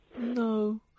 No